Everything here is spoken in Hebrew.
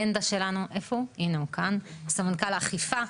סמנכ"ל אכיפה.